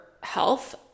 health